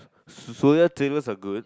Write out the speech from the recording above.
suria tables are good